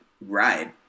ride